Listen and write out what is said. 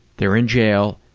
they're in jail,